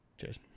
cheers